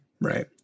right